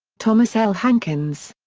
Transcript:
thomas l. hankins.